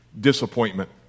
disappointment